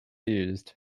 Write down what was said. used